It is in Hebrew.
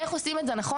איך עושים את זה נכון?